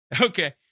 Okay